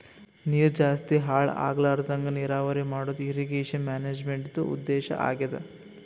ನೀರ್ ಜಾಸ್ತಿ ಹಾಳ್ ಆಗ್ಲರದಂಗ್ ನೀರಾವರಿ ಮಾಡದು ಇರ್ರೀಗೇಷನ್ ಮ್ಯಾನೇಜ್ಮೆಂಟ್ದು ಉದ್ದೇಶ್ ಆಗ್ಯಾದ